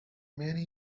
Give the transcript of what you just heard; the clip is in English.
many